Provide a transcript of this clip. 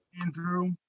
Andrew